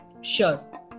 sure